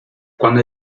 cuando